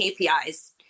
KPIs